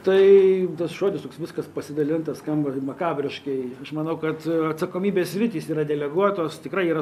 tai tas žodis toks viskas pasidalinta skamba makabriškai aš manau kad atsakomybės sritys yra deleguotos tikrai yra